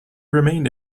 remained